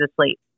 asleep